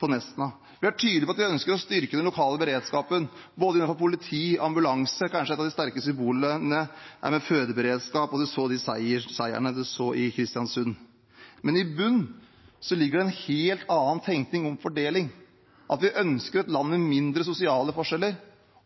Vi er tydelige på at vi ønsker å styrke den lokale beredskapen innenfor både politi og ambulanse. Kanskje er et av de sterkeste symbolene fødeberedskap og de seierne man så i Kristiansund. I bunnen ligger en helt annen tenkning om fordeling: at vi ønsker et land med mindre sosiale